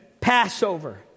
Passover